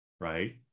Right